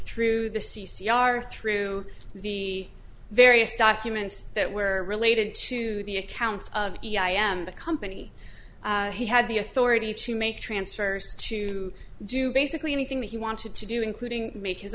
through the c c r through the various documents that were related to the accounts of e i am the company he had the authority to make transfers to do basically anything that he wanted to do including make his